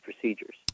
procedures